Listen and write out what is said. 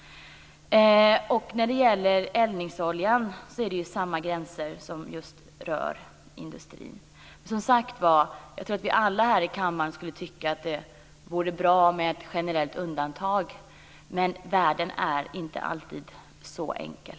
När det gäller eldningsoljan är det samma gränser som för industrin. Jag tror, som sagt var, att vi alla här i kammaren tycker att det skulle vara bra med ett generellt uttag, men världen är inte alltid så enkel.